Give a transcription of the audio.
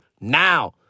now